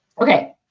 Okay